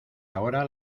ahora